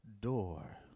door